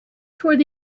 toward